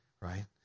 right